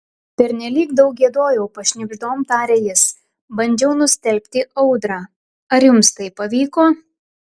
pernelyg daug giedojau pašnibždom taria jis bandžiau nustelbti audrą ar jums tai pavyko